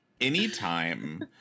anytime